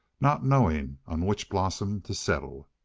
not knowing on which blossom to settle.